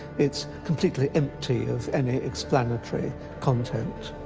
it's completely empty of any explanatory content.